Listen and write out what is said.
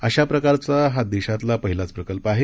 अशा प्रकारचा हा देशातला पहिलाच प्रकल्प आहे